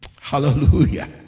Hallelujah